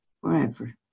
forever